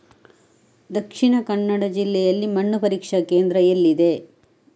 ದಕ್ಷಿಣ ಕನ್ನಡ ಜಿಲ್ಲೆಯಲ್ಲಿ ಮಣ್ಣು ಪರೀಕ್ಷಾ ಕೇಂದ್ರ ಎಲ್ಲಿದೆ?